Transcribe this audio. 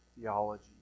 theology